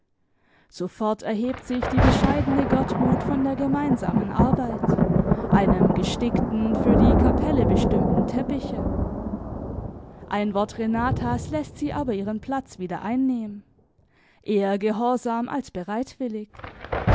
sofort erhebt sich die bescheidene gertrud von der gemeinsamen arbeit einem gestickten für die kapelle bestimmten teppiche ein wort renatas läßt sie aber ihren platz wieder einnehmen eher gehorsam als bereitwillig